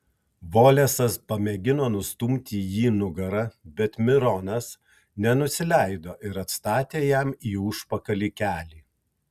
volesas pamėgino nustumti jį nugara bet mironas nenusileido ir atstatė jam į užpakalį kelį